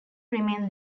remain